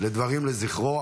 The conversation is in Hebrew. לדברים לזכרו,